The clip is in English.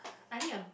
I think I